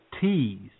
T's